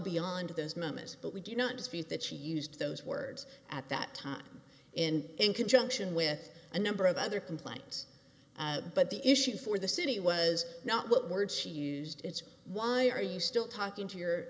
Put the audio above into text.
beyond those moments but we do not dispute that she used those words at that time in in conjunction with a number of other complaints but the issue for the city was not what words she used it's why are you still talking to your